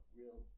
real